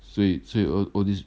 所以所以 all all this